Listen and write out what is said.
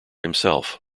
himself